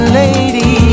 lady